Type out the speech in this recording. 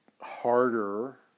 harder